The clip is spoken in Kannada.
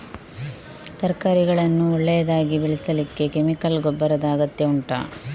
ತರಕಾರಿಗಳನ್ನು ಒಳ್ಳೆಯದಾಗಿ ಬೆಳೆಸಲಿಕ್ಕೆ ಕೆಮಿಕಲ್ ಗೊಬ್ಬರದ ಅಗತ್ಯ ಉಂಟಾ